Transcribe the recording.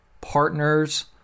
partners